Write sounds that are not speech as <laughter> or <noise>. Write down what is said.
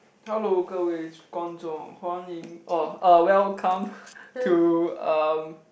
hello Ge Wei <noise> Guan Zhong Huan Ying orh uh welcome <laughs> to um